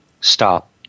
Stop